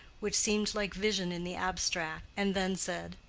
which seemed like vision in the abstract, and then said,